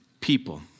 people